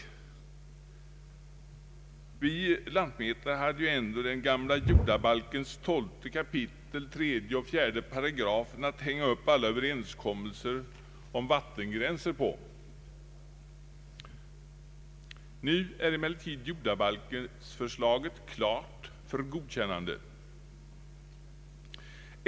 Vi hade ju ändå den gamla jordabalkens 12 kap. 3 och 4 88 att hänga upp alla överenskommelser om vattengränser på. Nu är emellertid jordabalksförslaget klart för godkännande.